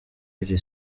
iri